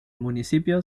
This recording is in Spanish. municipio